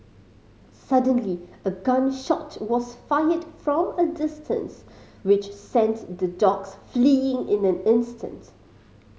suddenly a gun shot was fired from a distance which sent the dogs fleeing in an instant